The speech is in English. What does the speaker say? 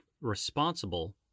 responsible